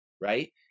right